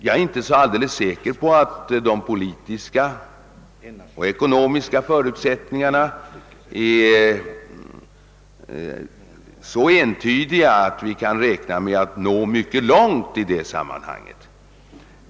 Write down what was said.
Jag är inte så alldeles säker på att de politiska och ekonomiska förutsättningarna är så entydiga att vi kan räkna med att nå särskilt långt i detta sammanhang.